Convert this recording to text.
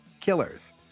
Killers